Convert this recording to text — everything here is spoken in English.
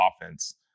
offense